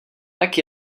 tak